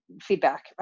feedback